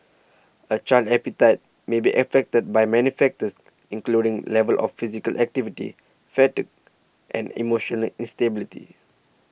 a child's appetite may be affected by many factors including level of physical activity fatigue and emotional instability